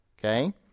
Okay